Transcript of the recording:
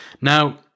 Now